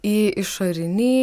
į išorinį